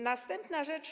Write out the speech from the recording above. Następna rzecz.